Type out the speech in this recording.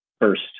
first